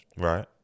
Right